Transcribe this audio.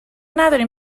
ندارین